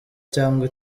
cyangwa